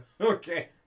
Okay